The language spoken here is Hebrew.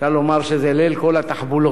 אפשר לומר שזה ליל כל התחבולות.